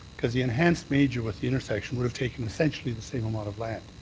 because the enhanced major with the intersection would have taken essentially the same amount of land.